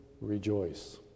rejoice